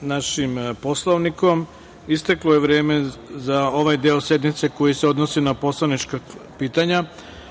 našim Poslovnikom, isteklo je vreme za ovaj deo sednice koji se odnosi na poslanička pitanja. Želim